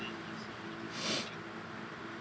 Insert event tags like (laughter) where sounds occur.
(noise)